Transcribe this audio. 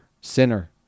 Sinner